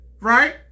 Right